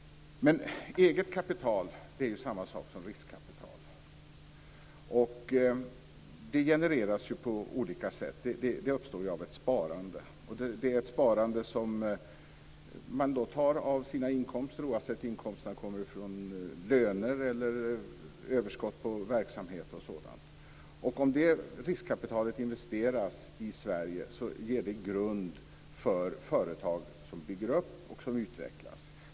Eget kapital är samma sak som riskkapital. Det genereras på olika sätt. Det uppstår av ett sparande. Man tar av sitt sparande oavsett om inkomsterna kommer från löner eller överskott i verksamhet och sådant. Om det riskkapitalet investeras i Sverige ger det grund för företag som bygger upp och utvecklas.